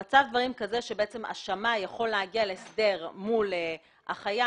מצב דברים כזה שבאמת השמאי יכול להגיע להסדר מול החייב,